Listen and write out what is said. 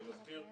אני מזכיר.